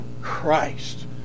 christ